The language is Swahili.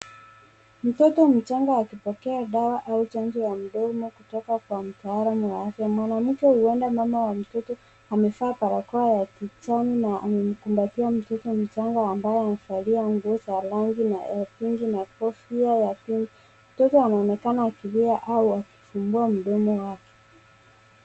Mtoto mchanga akipokea dawa au chanjo ya mdomo kutoka kwa mtaalam wa afya. Mwanamke huenda mama wa mtoto amevaa barakoa ya kijani na amemkumbatia mtoto mchanga ambaye amevalia nguo za rangi ya hudhurungi na kofia ya pink .Mtoto anaonekana akilia au akifungua mdomo wake.